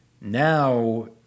now